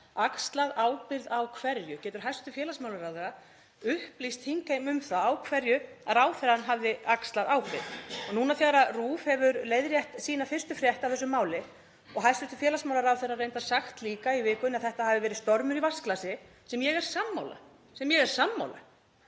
Axlað ábyrgð á hverju? Getur hæstv. félagsmálaráðherra upplýst þingheim um það á hverju ráðherrann hafði axlað ábyrgð? Nú, þegar RÚV hefur leiðrétt sína fyrstu frétt af þessu máli og hæstv. félagsmálaráðherra reyndar sagt líka í vikunni að þetta hafi verið stormur í vatnsglasi, sem ég er sammála,